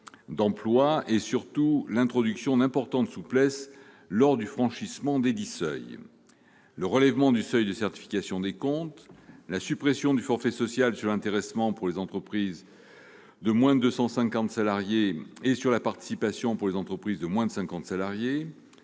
d'emplois et, surtout, l'introduction de souplesse lors de leur franchissement, le relèvement du seuil de certification des comptes, la suppression du forfait social sur l'intéressement pour les entreprises de moins de deux cent cinquante salariés et sur la participation pour les entreprises de moins de cinquante salariés